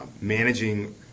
managing